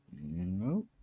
No